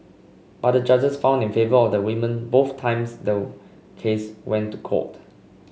but the judges found in favour of the woman both times the case went to court